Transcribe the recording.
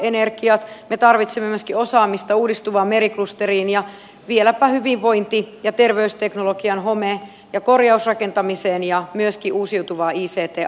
me tarvitsemme myöskin osaamista uudistuvaan meriklusteriin ja vieläpä hyvinvointi ja terveysteknologiaan home ja korjausrakentamiseen ja myöskin uusiutuvaan ict alaan